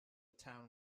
town